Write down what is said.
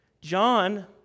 John